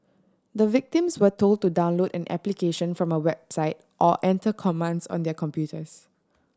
the victims were told to download an application from a website or enter commands on their computers